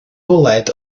bwled